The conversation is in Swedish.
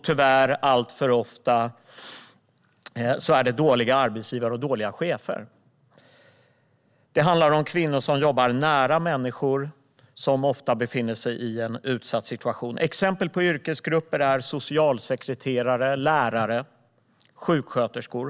Tyvärr är det alltför ofta dåliga arbetsgivare och dåliga chefer. Det handlar om kvinnor som jobbar nära människor och som ofta befinner sig i en utsatt situation. Exempel på yrkesgrupper är socialsekreterare, lärare och sjuksköterskor.